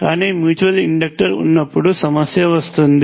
కానీ mutual inductor ఉన్నపుడు సమస్య వస్తుంది